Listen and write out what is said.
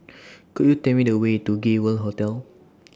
Could YOU Tell Me The Way to Gay World Hotel